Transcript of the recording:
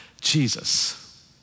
Jesus